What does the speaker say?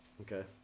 Okay